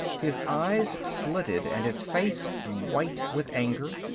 his eyes slitted and his face white with anger.